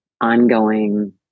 ongoing